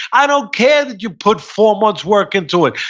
i don't care that you put four month's work into it.